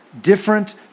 different